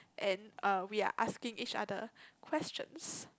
and uh we are asking each other questions